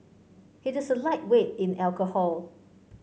he a lightweight in alcohol